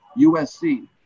USC